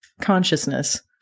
consciousness